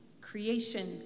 Creation